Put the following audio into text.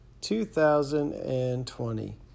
2020